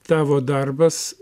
tavo darbas